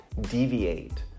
deviate